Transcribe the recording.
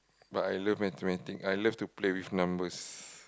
but I love mathematics I love to play with numbers